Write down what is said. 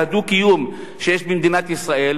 על הדו-קיום שיש במדינת ישראל.